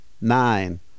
nine